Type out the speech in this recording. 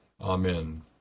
amen